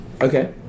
Okay